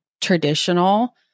traditional